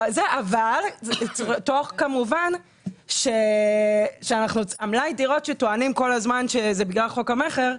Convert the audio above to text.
אבל תוך כמובן שמלאי דירות שטוענים כל הזמן שזה בגלל חוק המכר,